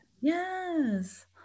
Yes